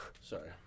Sorry